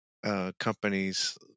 Companies